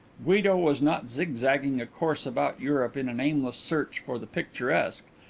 guido was not zigzagging a course about europe in an aimless search for the picturesque,